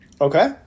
Okay